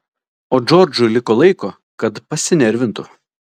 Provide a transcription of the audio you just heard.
o džordžui liko laiko kad pasinervintų